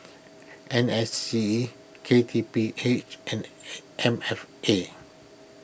N S C K T P H and M F A